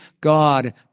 God